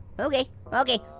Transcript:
okay, okay,